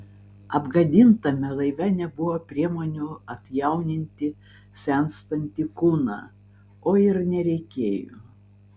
apgadintame laive nebuvo priemonių atjauninti senstantį kūną o ir nereikėjo